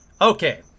Okay